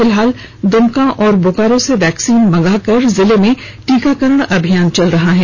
फिलहाल दुमका और बोकारो से वैक्सीन मंगा कर जिले में टीकाकरण अभियान चल रहा है